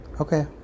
okay